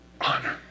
honor